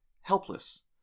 helpless